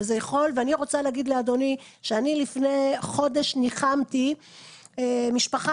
אני רוצה להגיד לאדוני שאני לפני חודש ניחמתי משפחה,